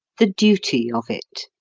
the duty of it